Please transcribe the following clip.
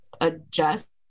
adjust